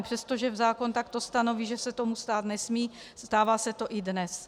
Přestože zákon takto stanoví, že se to stát nesmí, stává se to i dnes.